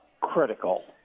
critical